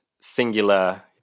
singular